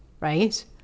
right